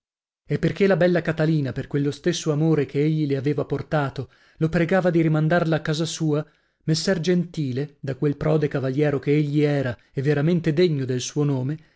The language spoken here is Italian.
e perchè la bella catalina per quello stesso amore che egli le aveva portato lo pregava di rimandarla a casa sua messer gentile da quel prode cavallero che egli era e veramente degno del suo nome